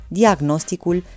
diagnosticul